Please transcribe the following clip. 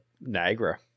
Niagara